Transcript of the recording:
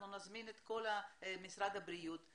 את משרד הבריאות,